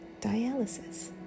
dialysis